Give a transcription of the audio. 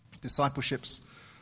Discipleship's